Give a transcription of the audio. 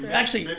actually,